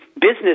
business